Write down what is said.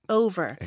over